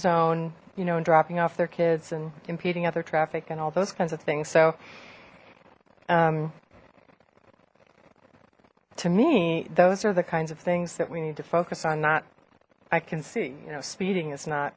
zone you know and dropping off their kids and impeding other traffic and all those kinds of things so to me those are the kinds of things that we need to focus on not i can see you know speeding is not